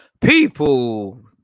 people